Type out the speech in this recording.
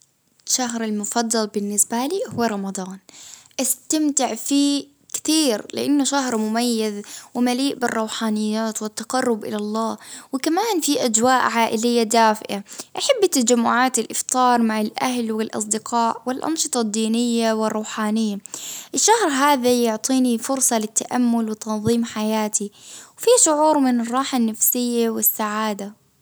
الشهر المفضل بالنسبة لي هو رمضان، أستمتع فيه كثير لإنه شهر مميز ومليء بالروحانيات والتقرب إلى الله، وكمان في أجواء عائلية دافئة، أحبة تجمعات الإفطار مع الأهل والأصدقاء والأنشطة الدينية والروحانية، الشهر هذا يعطيني فرصة للتأمل وتنظيم حياتي، في شعور من الراحة النفسية والسعادة.